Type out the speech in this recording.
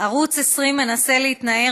לסדר-היום מס' 2628: ערוץ 20 מנסה להתנער